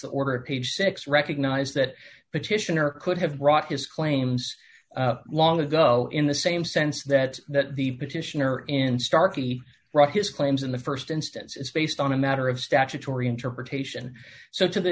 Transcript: the order of page six recognize that petitioner could have brought his claims long ago in the same sense that that the petitioner in starkey brought his claims in the st instance is based on a matter of statutory interpretation so to the